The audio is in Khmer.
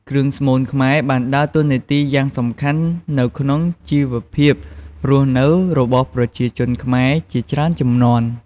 គ្រឿងស្មូនខ្មែរបានដើរតួនាទីយ៉ាងសំខាន់នៅក្នុងជីវភាពរស់នៅរបស់ប្រជាជនខ្មែរជាច្រើនជំនាន់។